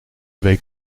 week